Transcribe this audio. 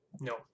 no